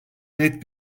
net